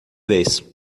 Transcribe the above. vez